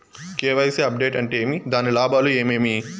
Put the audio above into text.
KYC update అంటే ఏమి? దాని లాభాలు ఏమేమి?